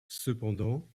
cependant